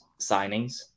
Signings